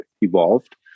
evolved